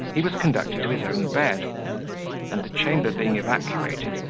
he was conducted to his own bed and the chamber being evacuated,